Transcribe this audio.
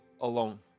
alone